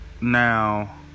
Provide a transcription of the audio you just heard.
Now